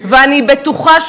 וגם, אדוני,